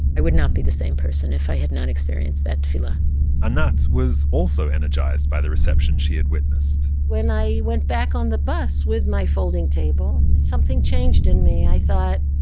i would not be the same person if i had not experienced that tefillah ah anat was also energized by the reception she had witnessed when i went back on the bus with my folding table, something changed in me. i thought,